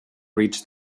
reach